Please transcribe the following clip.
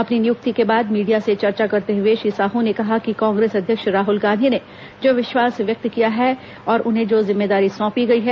अपनी नियुक्ति के बाद मीडिया से चर्चा करते हुए श्री साह ने कहा कि कांग्रेस अध्यक्ष राहल गांधी ने जो विश्वास व्यक्त किया है और उन्हें जो जिम्मेदारी सोंपी गई है